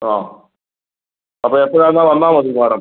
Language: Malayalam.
ആ അപ്പോൾ എപ്പോഴെന്നാൽ വന്നാൽ മതി സാറ്